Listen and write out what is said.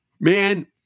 man